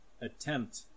attempt